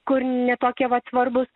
kur ne tokie vat svarbūs